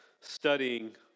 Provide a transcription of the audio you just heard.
studying